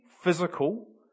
physical